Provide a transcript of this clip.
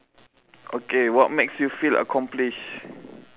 okay what makes you feel accomplished